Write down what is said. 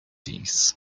things